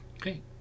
Okay